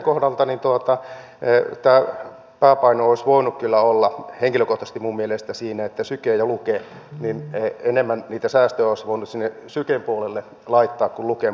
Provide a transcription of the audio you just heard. luken kohdalla tämä pääpaino olisi voinut kyllä olla henkilökohtaisesti minun mielestäni niin sykeä ja lukea ajatellen että enemmän niitä säästöjä olisi voinut sinne syken puolelle laittaa kuin luken puolelle